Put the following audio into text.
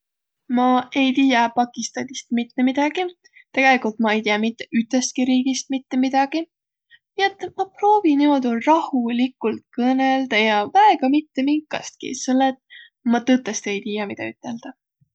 Maq ei tiiäq Pakistanist mitte midägi. Tegelikult ma ei tiiäq mitte ütestki riigist mitte midägi, nii et ma proovi niimuudu rahulikult kõnõldaq ja väega mitte minkastki, selle et ma tõtõstõ ei tiiäq, midä üteldäq.